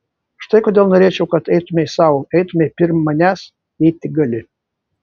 štai kodėl norėčiau kad eitumei sau eitumei pirm manęs jei tik gali